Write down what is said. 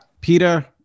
Peter